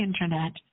Internet